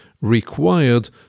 required